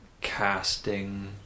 casting